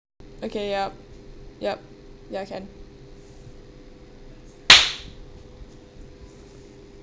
okay yup yup ya can